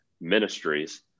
ministries